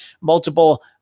multiple